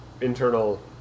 internal